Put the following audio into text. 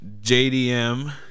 JDM